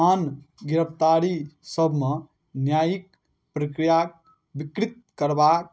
आन गिरफ्तारी सबमे न्यायिक प्रक्रियाके विकृत करबाके